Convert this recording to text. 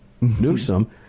newsom